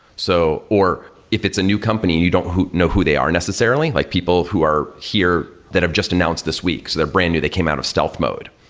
so or if it's a new company, you don't know who they are necessarily. like people who are here that have just announced this week. so they're brand-new. they came out of stealth mode.